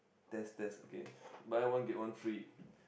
test test okay buy one get one free